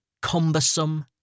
cumbersome